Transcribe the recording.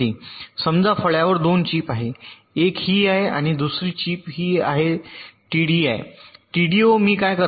समजा फळ्यावर दोन चीप आहेत एक ही आहे आणि दुसरी चिप ही आहे तर टीडीआय टीडीओ मी काय करावे